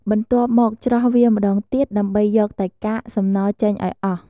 បន្ទាប់មក ច្រោះវាម្តងទៀត ដើម្បីយកតែកាកសំណល់ចេញឱ្យអស់។